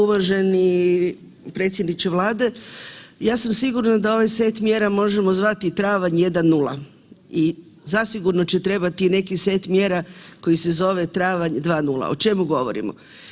Uvaženi predsjedniče Vlade, ja sam sigurna da ovaj set mjera možemo zvati travanj 1 0 i zasigurno će trebati i neki set mjera koji se zove travanj 2 0. O čemu govorimo?